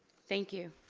thank you.